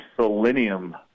selenium